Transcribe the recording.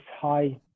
high